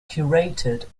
curated